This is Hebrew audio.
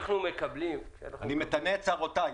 אני מתנה את צרותיי.